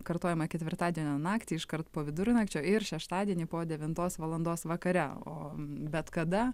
kartojama ketvirtadienio naktį iškart po vidurnakčio ir šeštadienį po devintos valandos vakare o bet kada